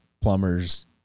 plumbers